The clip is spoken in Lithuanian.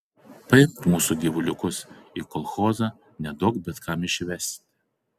paimk mūsų gyvuliukus į kolchozą neduok bet kam išvesti